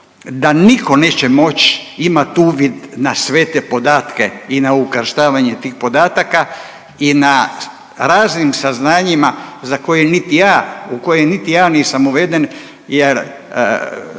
da niko neće moć imat uvid na sve te podatke i na ukrštavanje tih podataka i na raznim saznanjima za koje niti ja u koje